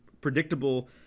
predictable